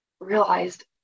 Realized